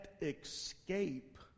escape